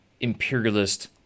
imperialist